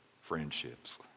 friendships